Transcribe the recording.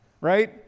right